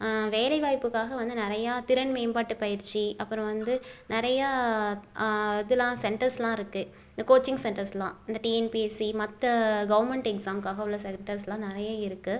வேலைவாய்ப்புக்காக வந்து நிறையா திறன் மேம்பாட்டு பயிற்சி அப்புறம் வந்து நிறையா இதலாம் சென்டர்ஸுலாம் இருக்குது இந்த கோச்சிங் சென்டர்ஸுலாம் இந்த டிஎன்பிஎஸ்சி மற்ற கவர்மெண்ட் எக்ஸாமுக்காக உள்ள சென்டர்ஸுலாம் நிறைய இருக்குது